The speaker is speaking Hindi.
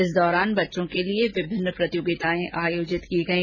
इस दौरान बच्चों के लिए विभिन्न प्रतियोगिताएं आयोजित की गई